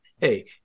hey